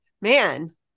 man